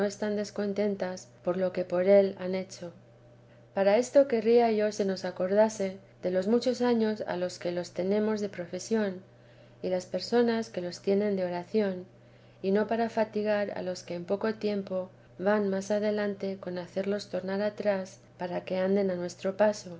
están descontentas por lo que por él han hecho para esto querría yo se nos acordase de los muchos años a los que los tenemos de profesión y las personas que los tienen de oración y no para fatigar a los que en poco tiempo van más adelante con hacerlos tornar atrás para que anden a nuestro paso